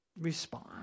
respond